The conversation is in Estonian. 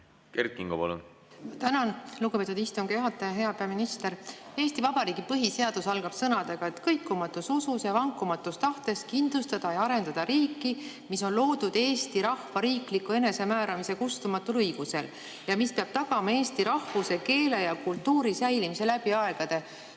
Kert Kingo, palun! Tänan, lugupeetud istungi juhataja! Hea peaminister! Eesti Vabariigi põhiseadus algab sõnadega, et kõikumatus usus ja vankumatus tahtes kindlustada ja arendada riiki, mis on loodud Eesti rahva riikliku enesemääramise kustumatul õigusel ja mis peab tagama eesti rahvuse, keele ja kultuuri säilimise läbi aegade.